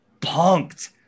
punked